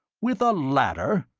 with a ladder?